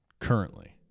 currently